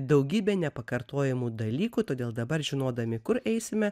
daugybę nepakartojamų dalykų todėl dabar žinodami kur eisime